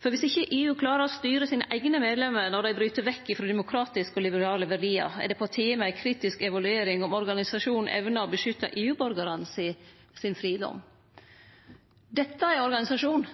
Viss ikkje EU klarer å styre sine eigne medlemer når dei bryt med demokratiske og liberale verdiar, er det på tide med ei kritisk evaluering av om organisasjonen evnar å beskytte fridomen til EU-borgarane. Dette er organisasjonen